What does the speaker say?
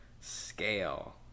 scale